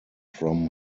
from